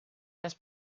das